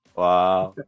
wow